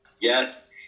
Yes